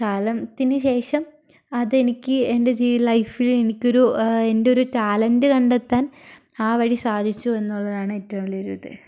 കാലത്തിന് ശേഷം അതെനിക്ക് എന്റെ ലൈഫില് എനിക്കൊരു എന്റെ ഒരു ടാലെന്റ് കണ്ടെത്താൻ ആ വഴി സാധിച്ചു എന്നുള്ളതാണ് ഏറ്റവും വലിയൊരു ഇത്